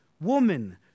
woman